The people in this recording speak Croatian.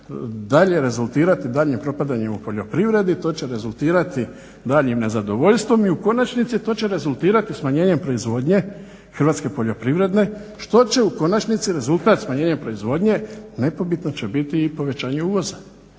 dalje rezultirati daljnjim propadanjem u poljoprivredi. To će rezultirati daljnjim nezadovoljstvom i u konačnici to će rezultirati smanjenjem proizvodnje Hrvatske poljoprivredne što će u konačnici rezultat smanjenja proizvodnje, nepobitno će biti i povećanje uvoza.